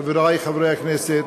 חברי חברי הכנסת,